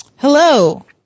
Hello